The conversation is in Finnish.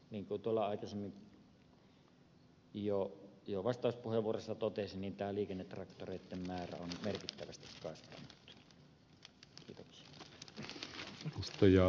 niin kuin aikaisemmin jo vastauspuheenvuorossa totesin niin tämä liikennetraktoreitten määrä on merkittävästi kasvanut